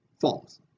false